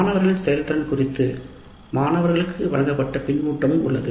மாணவர்களுக்கு வழங்கப்பட்ட மாணவர் செயல்திறன் குறித்த கருத்துகளும் எங்களிடம் உள்ளன